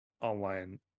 online